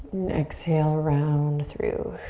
exhale, round through.